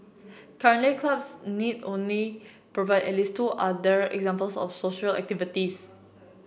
currently clubs need only provide at least two other examples of social activities